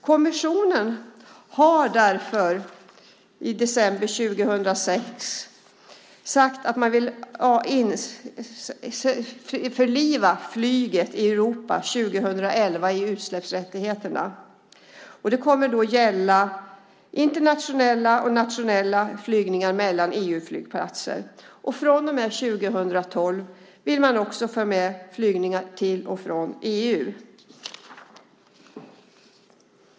Kommissionen har därför i december 2006 sagt att man 2011 vill införliva flyget i Europa i utsläppsrätterna. Det kommer då att gälla internationella och nationella flygningar mellan EU-flygplatser. Från och med 2012 vill man också få med flygningar till och från EU.